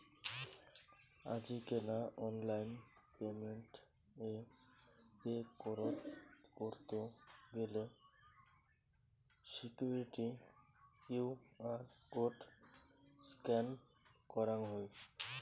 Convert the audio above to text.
আজিকেনা online payment এ pay করত গেলে সিকুইরিটি কিউ.আর কোড স্ক্যান করঙ হই